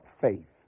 faith